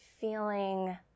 feeling